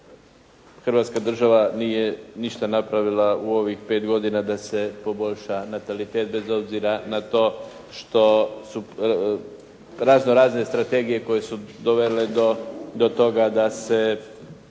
Hrvatska država nije ništa napravila u ovih 5 godina da se poboljša natalitet bez obzira na to što su raznorazne strategije koje su dovele do toga da se